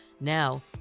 Now